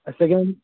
اَسہِ